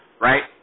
right